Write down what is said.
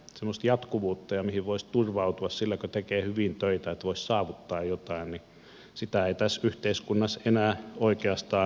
semmoista jatkuvuutta mihin voisi turvautua sillä että kun tekee hyvin töitä voisi saavuttaa jotain sitä ei tässä yhteiskunnassa enää oikeastaan ole